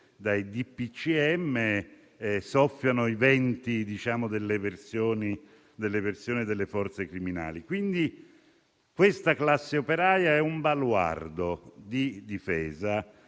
dai DPCM soffiano i venti delle eversioni delle forze criminali. Questa classe operaia è pertanto un baluardo di difesa